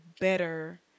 better